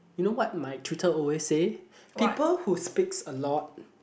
you know what my tutor always say people who speaks a lot